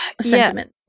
sentiment